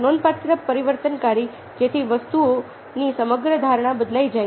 એક નોંધપાત્ર પરિવર્તનકારી જેથી વસ્તુઓની સમગ્ર ધારણા બદલાઈ જાય